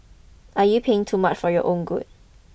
are you playing too much for your own good